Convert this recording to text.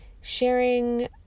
sharing